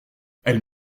elle